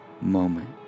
moment